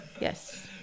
Yes